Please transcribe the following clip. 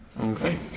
Okay